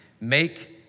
make